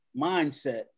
mindset